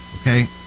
Okay